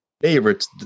favorites